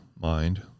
mind